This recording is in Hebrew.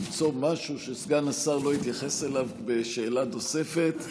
למצוא משהו שסגן השר לא התייחס אליו בשאלה נוספת,